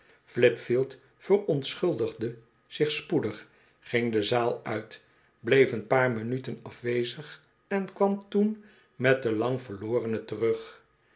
flipfield verontschuldigde zich spoedig ging de zaal uit bleef een paar minuten afwezig en kwam toen met den lang verlorene terug